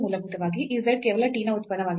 ಮೂಲಭೂತವಾಗಿ ಈ z ಕೇವಲ t ನ ಉತ್ಪನ್ನವಾಗಿದೆ